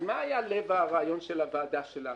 אז מה לב הרעיון של הוועדה שלנו?